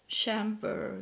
chamber